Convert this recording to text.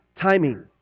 Timing